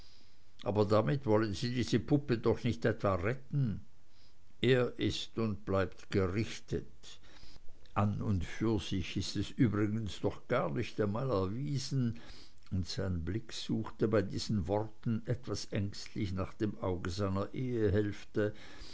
aber damit wollen sie diese puppe doch nicht etwa retten er ist und bleibt gerichtet an und für sich ist es übrigens noch gar nicht mal erwiesen und sein blick suchte bei diesen worten etwas ängstlich nach dem auge seiner ehehälfte